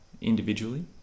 individually